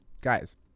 Guys